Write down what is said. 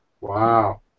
Wow